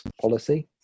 policy